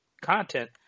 content